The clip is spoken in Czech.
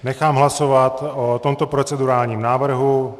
Nechám hlasovat o tomto procedurálním návrhu.